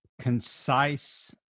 concise